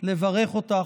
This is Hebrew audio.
לברך אותך,